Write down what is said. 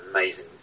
amazing